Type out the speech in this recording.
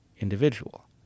individual